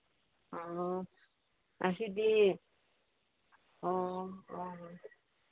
ꯑꯣ ꯉꯁꯤꯗꯤ ꯑꯣ ꯑꯣ